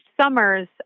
summers